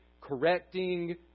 correcting